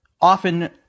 often